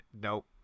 Nope